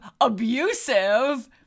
abusive